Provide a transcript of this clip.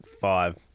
five